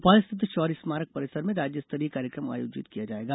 भोपाल स्थित शौर्य स्मारक परिसर में राज्य स्तरीय कार्यक्रम आयोजित किया जाएगा